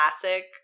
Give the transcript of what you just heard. classic